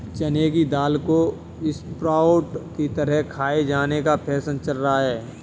चने की दाल को स्प्रोउट की तरह खाये जाने का फैशन चल रहा है